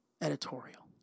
editorial